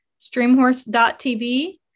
Streamhorse.tv